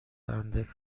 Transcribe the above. اندک